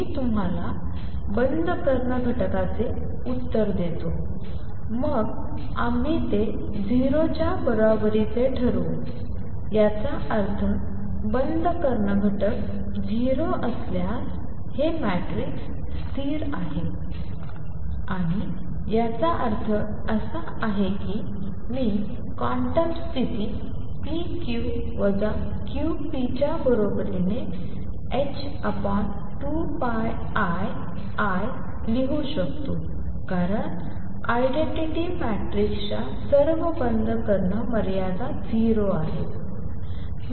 मी तुम्हाला बंद कर्ण घटकांचे उत्तर देतो मग आम्ही ते 0 च्या बरोबरीचे ठरवू याचा अर्थ बंद कर्ण घटक 0 असल्यास याचा अर्थ हे मॅट्रिक्स स्थिर आहे आणि याचा अर्थ असा आहे की मी क्वांटम स्थिती p q q p च्या बरोबरीने h2πiI लिहू शकतो कारण आयडेंटिटी मॅट्रिक्सच्या सर्व बंद कर्ण मर्यादा 0 आहेत